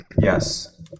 Yes